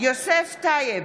יוסף טייב,